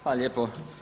Hvala lijepo.